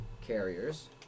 carriers